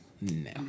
No